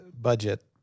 budget